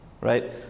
right